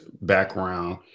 background